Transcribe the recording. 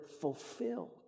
fulfilled